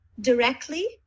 directly